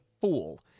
fool